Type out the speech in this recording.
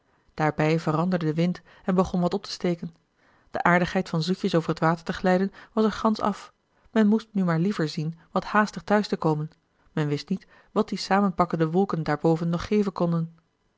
daarbij veranderde de wind en begon wat op te steken de aardigheid van zoetjes over t water te glijden was er gansch af men moest nu maar liever zien wat haastig thuis te komen men wist niet a l g bosboom-toussaint de delftsche wonderdokter eel wat die samenpakkende wolken daarboven nog geven konden